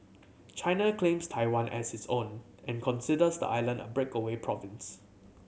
China claims Taiwan as its own and considers the island a breakaway province